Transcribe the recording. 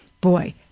Boy